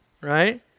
right